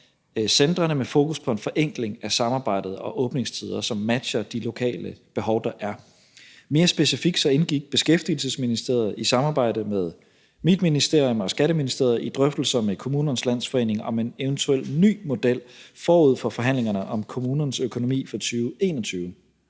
centrene med fokus på en forenkling af samarbejdet og åbningstider, som matcher de lokale behov, der er. Mere specifikt indgik Beskæftigelsesministeriet i samarbejde med mit ministerium og Skatteministeriet i drøftelser med Kommunernes Landsforening om en eventuel ny model forud for forhandlingerne om kommunernes økonomi for 2021.